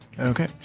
Okay